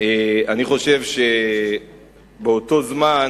אני חושב שבאותו זמן